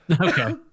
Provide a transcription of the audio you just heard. Okay